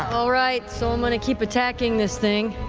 all right, so i'm going to keep attacking this thing.